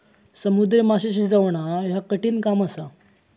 समुद्री माशे शिजवणा ह्या कठिण काम असा